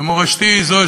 מורשתי זו,